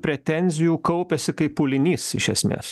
pretenzijų kaupėsi kaip pūlinys iš esmės